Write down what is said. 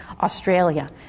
Australia